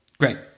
Great